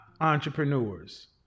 entrepreneurs